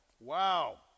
wow